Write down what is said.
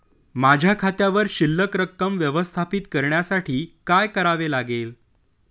माझ्या खात्यावर शिल्लक रक्कम व्यवस्थापित करण्यासाठी काय करावे लागेल?